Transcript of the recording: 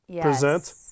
present